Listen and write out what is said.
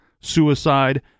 suicide